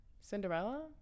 Cinderella